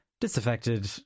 disaffected